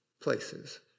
places